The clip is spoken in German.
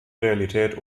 realität